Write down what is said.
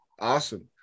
awesome